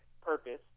purpose